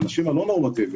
האנשים הלא הנורמטיביים